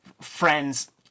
friends